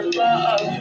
love